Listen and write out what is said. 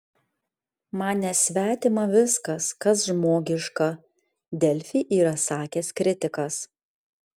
man nesvetima viskas kas žmogiška delfi yra sakęs kritikas